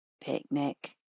picnic